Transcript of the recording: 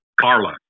CARLA